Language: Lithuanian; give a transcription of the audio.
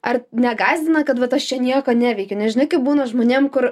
ar negąsdina kad vat aš čia nieko neveikiu nes žinai kaip būna žmonėm kur